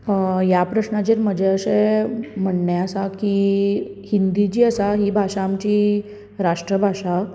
अ ह्या प्रस्नाचेर म्हजें अशें म्हणणें आसा की हिंदी जी आसा ही भाशा आमची राष्ट्रभाषा